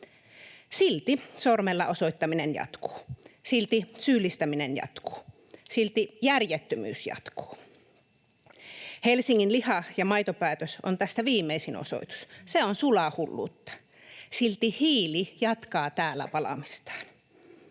Silti sormella osoittaminen jatkuu. Silti syyllistäminen jatkuu. Silti järjettömyys jatkuu. Helsingin liha‑ ja maitopäätös on tästä viimeisin osoitus. Se on sulaa hulluutta. Silti hiili jatkaa täällä palamistaan.